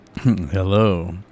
Hello